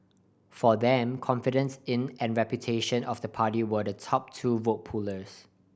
for them confidence in and reputation of the party were the top two vote pullers